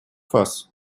фаз